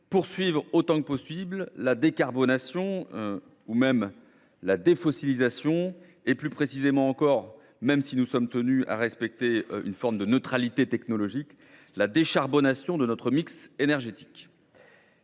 poursuivre autant que possible la décarbonation ou la « défossilisation », voire, plus précisément encore, bien que nous soyons tenus à une certaine neutralité technologique, la « décharbonation » de notre mix énergétique.